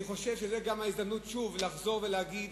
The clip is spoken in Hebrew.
אני חושב שזו גם ההזדמנות לחזור ולהגיד